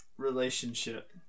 relationship